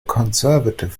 conservative